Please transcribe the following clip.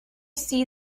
see